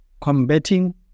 combating